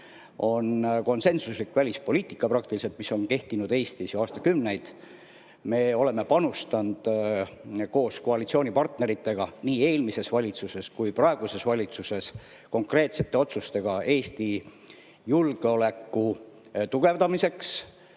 on konsensuslik välispoliitika, mis on kehtinud Eestis ju aastakümneid. Me oleme panustanud koos koalitsioonipartneritega nii eelmises valitsuses kui praeguses valitsuses konkreetsete otsustega Eesti julgeoleku tugevdamisse,